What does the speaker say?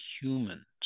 humans